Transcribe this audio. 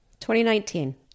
2019